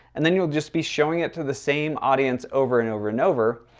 and then you'll just be showing it to the same audience over and over and over,